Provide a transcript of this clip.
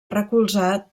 recolzat